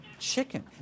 chicken